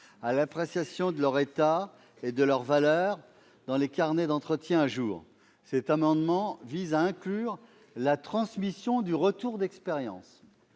à l'appréciation de leur état et de leur valeur, dont les carnets d'entretien à jour. Cet amendement vise à ajouter la transmission du « retour d'expérience